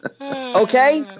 Okay